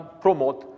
promote